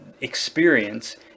experience